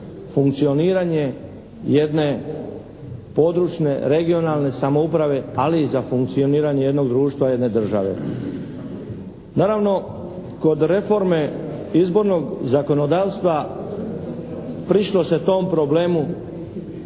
funkcioniranje jedne područne, regionalne samouprave, ali i za funkcioniranje jednog društva, jedne države. Naravno kod reforme izbornog zakonodavstva prišlo se tom problemu